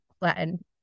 Latin